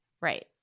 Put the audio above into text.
Right